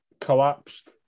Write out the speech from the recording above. collapsed